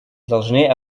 должны